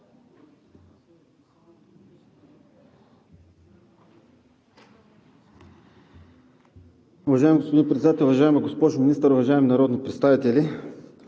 Уважаеми господин Председател, уважаема госпожо Министър, уважаеми народни представители!